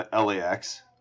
LAX